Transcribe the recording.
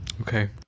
Okay